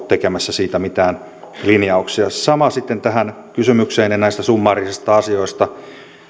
tekemässä siitä mitään linjauksia sitten tähän kysymykseen näistä summaarisista asioista